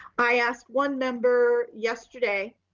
i asked one member yesterday.